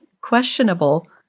questionable